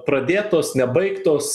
pradėtos nebaigtos